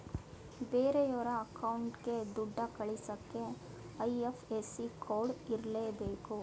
ಬೇರೆಯೋರ ಅಕೌಂಟ್ಗೆ ದುಡ್ಡ ಕಳಿಸಕ್ಕೆ ಐ.ಎಫ್.ಎಸ್.ಸಿ ಕೋಡ್ ಇರರ್ಲೇಬೇಕು